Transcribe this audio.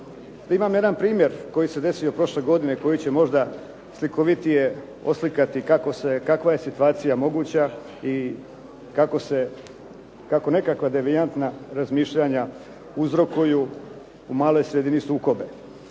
Imam jedan primjer koji se desio prošle godine koji će možda slikovitije oslikati kakva je situacija moguća i kako neka devijantna razmišljanja uzrokuju u maloj sredini sukobe.